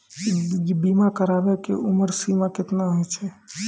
बीमा कराबै के उमर सीमा केतना होय छै?